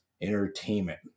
Entertainment